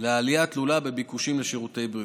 לעלייה תלולה בביקושים לשירותי בריאות.